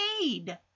need